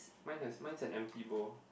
mine has mine is an empty bowl